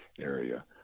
area